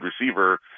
receiver